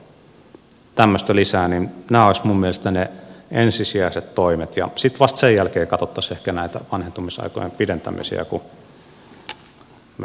nämä olisivat minun mielestäni ne ensisijaiset toimet ja sitten vasta sen jälkeen katsottaisiin ehkä näitä vanhentumisaikojen pidentämisiä kun meillä olisi siihen resursseja ja muutenkin mahdollisuuksia